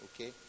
Okay